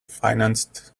financed